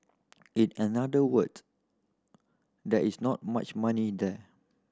in another words there is not much money there